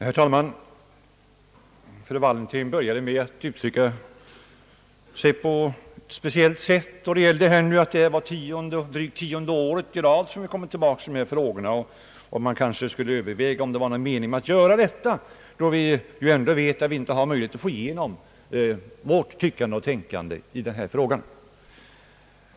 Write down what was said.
Herr talman! Fru Wallentheim började med att säga, att det nu drygt tionde året i rad som vi kom tillbaka i dessa frågor och kanske borde överväga om det var någon mening med detta, då vi ju ändå inte har möjlighet att få igenom vårt tyckande och tänkande på det här området.